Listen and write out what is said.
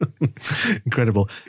incredible